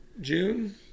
June